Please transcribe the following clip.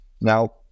Now